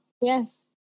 yes